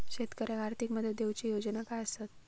शेतकऱ्याक आर्थिक मदत देऊची योजना काय आसत?